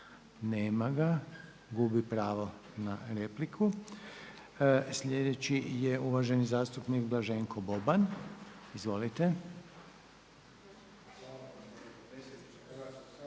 nema ga, gubi pravo na repliku. Sljedeći je uvaženi zastupnik Blaženko Boban. Izvolite.